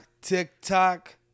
TikTok